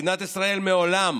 מדינת ישראל מעולם